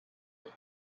were